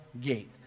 gate